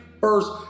first